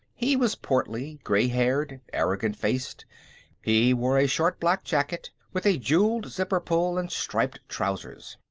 he was portly, gray-haired, arrogant-faced he wore a short black jacket with a jewelled zipper-pull, and striped trousers.